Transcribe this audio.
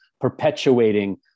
perpetuating